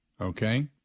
Okay